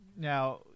now